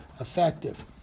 effective